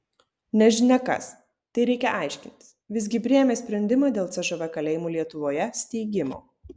nežinia kas tai reikia aiškintis visgi priėmė sprendimą dėl cžv kalėjimų lietuvoje steigimo